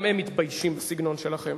גם הם מתביישים בסגנון שלכם,